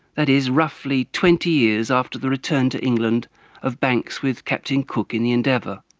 that is roughly twenty years after the return to england of banks with captain cook in the endeavour.